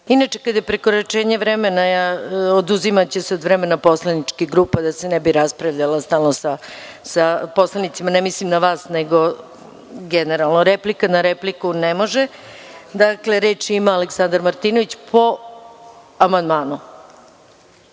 Inače kada je prekoračenje vremena, oduzimaće se od vremena poslaničke grupe, da se ne bi raspravljalo stalno sa poslanicima. Ne mislim na vas, nego generalno. Reč ima Aleksandar Martinović, po amandmanu.